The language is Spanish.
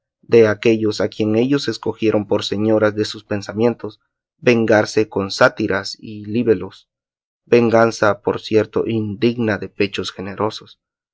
de aquéllos a quien ellos escogieron por señoras de sus pensamientos vengarse con sátiras y libelos venganza por cierto indigna de pechos generosos pero hasta agora no